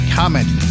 comment